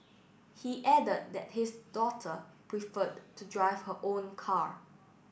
he added that his daughter preferred to drive her own car